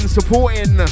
Supporting